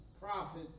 prophet